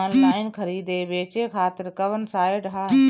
Online खरीदे बेचे खातिर कवन साइड ह?